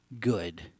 good